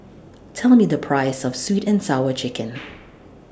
Tell Me The Price of Sweet and Sour Chicken